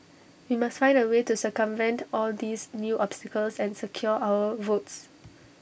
we must find A way to circumvent all these new obstacles and secure our votes